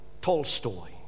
Tolstoy